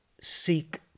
seek